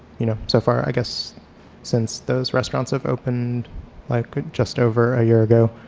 you know, so far i guess since those restaurants have opened like just over a year ago